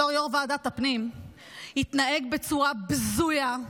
בתור יו"ר ועדת הפנים הוא התנהג בצורה בזויה,